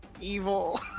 evil